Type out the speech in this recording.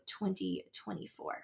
2024